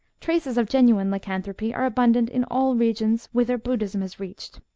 traces of genuine lycanthropy are abundant in all regions whither buddism has reached.